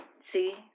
See